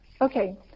Okay